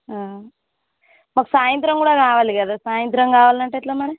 మాకు సాయంత కూడా కావాలి గదా సాయంత్రం కావాలంటే ఎలా మరి